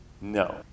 No